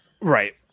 Right